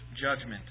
judgment